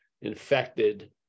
infected